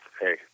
Hey